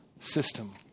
system